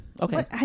okay